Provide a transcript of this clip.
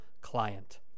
client